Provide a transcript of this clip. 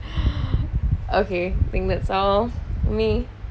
okay think that's all me